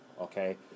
Okay